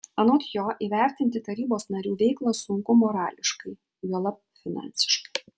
anot jo įvertinti tarybos narių veiklą sunku morališkai juolab finansiškai